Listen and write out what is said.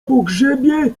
pogrzebie